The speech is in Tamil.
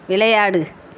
விளையாடு